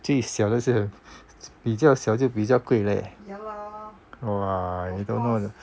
最小的是比较小就比较贵 leh !wah! you don't know